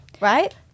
right